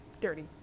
Dirty